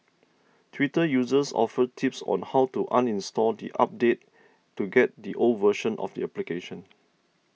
twitter users offered tips on how to uninstall the update to get the old version of the application